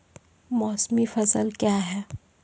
मौसमी फसल क्या हैं?